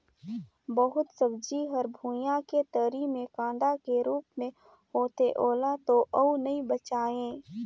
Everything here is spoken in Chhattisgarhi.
बहुत सब्जी हर भुइयां के तरी मे कांदा के रूप मे होथे ओला तो अउ नइ बचायें